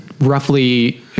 roughly